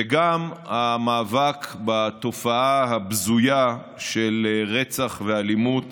וגם המאבק בתופעה הבזויה של רצח ואלימות